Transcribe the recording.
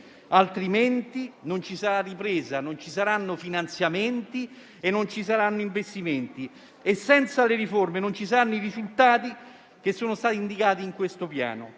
altrimenti non ci sarà ripresa; non ci saranno finanziamenti e non ci saranno investimenti. Senza le riforme non ci saranno i risultati che sono stati indicati nel Piano.